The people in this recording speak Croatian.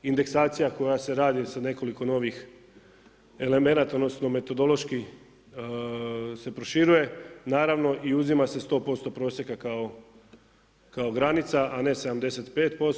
Indeksacija koja se radi sa nekoliko novih elemenata odnosno metodološki se proširuje naravno i uzima se 100% prosjeka kao granica, a ne 75%